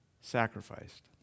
sacrificed